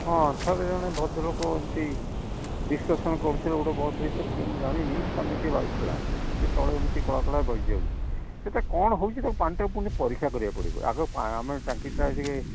ହଁ ଥରେ ଜଣେ ଭଦ୍ରଲୋକ ଏମିତି ଡିସ୍କସନ୍ କରୁଥିଲେ ଗୋଟେ ବସ୍ ଭିତରେ କିଏ ମୁଁ ଜାଣିନି ମୋ କାନରେ ଟିକିଏ ବାଜିଥିଲା କି ତଳେ ଏମିତି କଳା କଳା ବସିଯାଉଛି ସେଇଟା କ'ଣ ହେଉଛି ତାକୁ ପାଣିଟାକୁ ନେଇ ପରୀକ୍ଷା କରିବାକୁ ପଡ଼ିବ ଆଗ ଆମେ ଟାଙ୍କି ତ ଇଏ